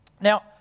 Now